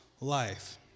life